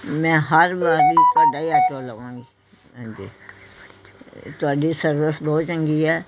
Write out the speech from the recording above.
ਮੈਂ ਹਰ ਵਾਰ ਤੁਹਾਡਾ ਹੀ ਆਟੋ ਲਵਾਂਗੀ ਹਾਂਜੀ ਤੁਹਾਡੀ ਸਰਵਿਸ ਬਹੁਤ ਚੰਗੀ ਹੈ